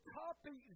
copy